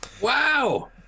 Wow